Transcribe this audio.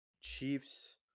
Chiefs